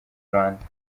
rwanda